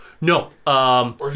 No